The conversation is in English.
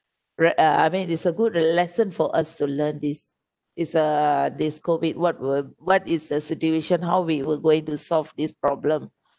ra~ uh I mean it's a good lesson for us to learn this it's a this COVID what will what is the situation how we were going to solve this problem